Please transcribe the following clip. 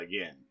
again